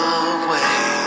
away